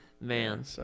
Man